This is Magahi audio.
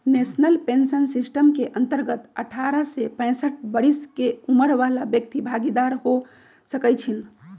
नेशनल पेंशन सिस्टम के अंतर्गत अठारह से पैंसठ बरिश के उमर बला व्यक्ति भागीदार हो सकइ छीन्ह